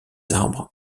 arbres